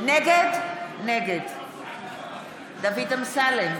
נגד דוד אמסלם,